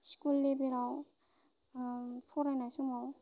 school लेभेलाव फरायनाय समाव